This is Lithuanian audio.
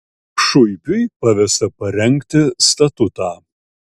šuipiui pavesta parengti statutą